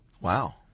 Wow